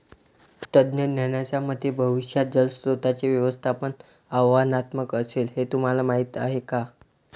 तज्ज्ञांच्या मते भविष्यात जलस्रोतांचे व्यवस्थापन आव्हानात्मक असेल, हे तुम्हाला माहीत आहे का?